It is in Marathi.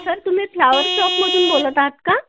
सर तुम्ही फ्लॉवर शॉपमधून बोलत आहात का